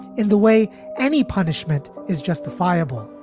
in the way any punishment is justifiable.